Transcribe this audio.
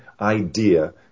idea